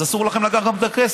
אז גם אסור לכם לקחת את הכסף.